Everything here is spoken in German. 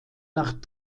nach